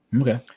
Okay